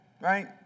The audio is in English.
right